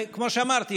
כמו שאמרתי,